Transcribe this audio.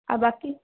আর বাকি